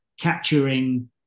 capturing